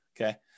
Okay